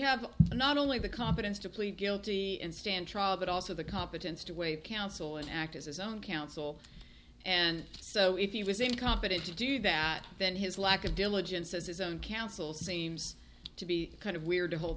have not only the competence to plead guilty and stand trial but also the competence to waive counsel and act as his own counsel and so if he was incompetent to do that then his lack of diligence as his own counsel same's to be kind of weird to hold